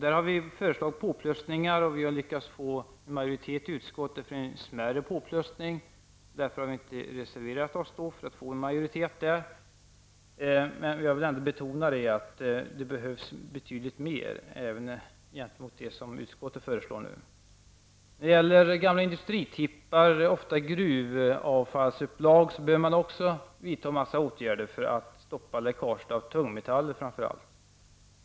Vi har föreslagit påökningar, och vi har lyckats få en majoritet i utskottet för en smärre påökning. För att få en majoritet för detta har vi inte reserverat oss i denna fråga. Jag vill ändå betona att det egentligen behövs mycket mer än det som utskottet nu föreslår. Beträffande gamla industritippar, ofta gruvavfallsupplag, måste man vidta en del åtgärder för att stoppa läckaget av framför allt tungmetaller.